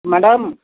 madam